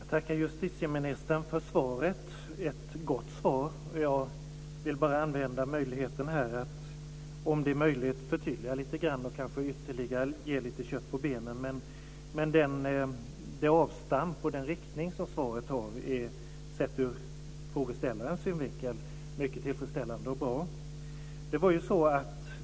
Fru talman! Jag tackar justitieministern för svaret, ett gott svar. Jag vill bara använda möjligheten här att, om det är möjligt, förtydliga lite grann och kanske ge ytterligare lite kött på benen. Men det avstamp och den riktning som svaret har är, sett ur frågeställarens synvinkel, mycket tillfredsställande och bra.